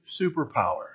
superpower